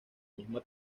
misma